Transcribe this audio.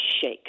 shake